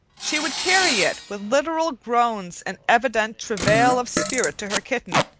she would carry it with literal groans and evident travail of spirit to her kitten,